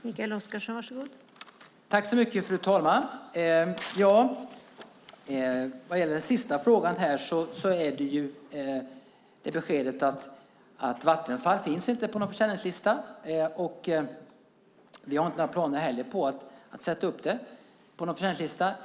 Fru talman! Beskedet när det gäller den sista frågan är att Vattenfall inte finns på någon försäljningslista. Vi har inte heller några planer på att sätta upp det på någon försäljningslista.